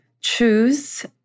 choose